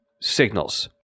signals